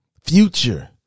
future